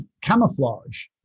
camouflage